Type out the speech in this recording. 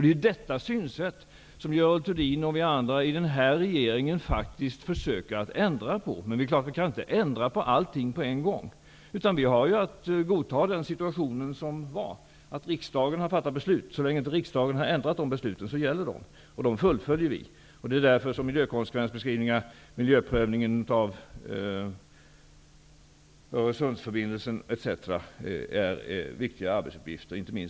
Det är detta synsätt som Görel Thurdin och vi andra i den här regeringen faktiskt försöker att ändra på, men vi kan inte ändra på allting på en gång. Vi har att godta den situation som var, nämligen att riksdagen har fattat beslut. De besluten gäller så länge riksdagen inte har ändrat dem. Vi fullföljer dem. Det är därför som miljökonsekvensbeskrivningar, t.ex. miljöprövningen av Öresundsförbindelsen osv., är viktiga arbetsuppgifter nu under våren.